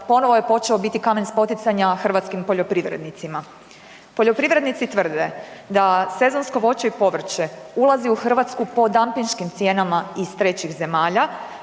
ponovo je počeo biti kamen spoticanja hrvatskim poljoprivrednicima. Poljoprivrednici tvrde da sezonsko voće i povrće ulazi u Hrvatsku po dampinškim cijenama iz trećih zemalja,